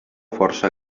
força